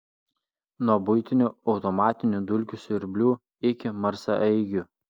nuo buitinių automatinių dulkių siurblių iki marsaeigių